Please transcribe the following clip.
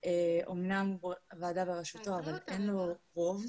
הוועדה אמנם בראשות האוצר אבל אין לו רוב.